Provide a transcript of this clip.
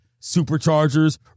Superchargers